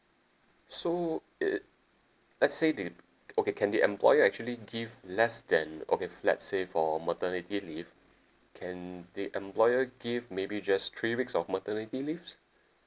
so it let's say they okay can the employer actually give less than okay let's say for maternity leave can the employer give maybe just three weeks of maternity leaves